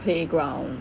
playground